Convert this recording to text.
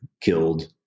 killed